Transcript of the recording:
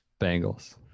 Bengals